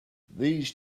these